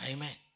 Amen